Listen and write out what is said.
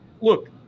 look